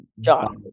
John